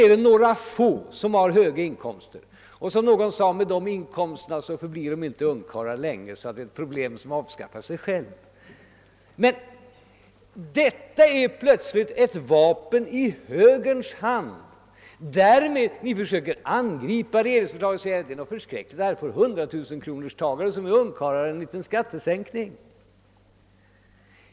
Det finns några få som har höga inkomster, men som någon sagt förblir väl inte de som har sådana inkomster så länge ungkarlar, varför detta problem kanske avskaffar sig självt. Men här blir det plötsligt ett vapen i högerns hand. Ni försöker angripa regeringsförslaget genom att säga att det är förskräckligt att ge ungkarlar med 100 000 kronor i inkomst en liten skattesänkning.